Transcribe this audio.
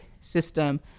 system